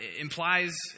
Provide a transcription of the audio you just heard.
implies